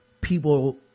people